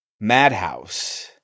Madhouse